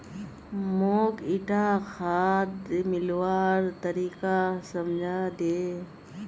मौक ईटा खाद मिलव्वार तरीका समझाइ दे